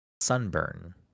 Sunburn